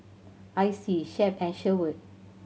Icey Shep and Sherwood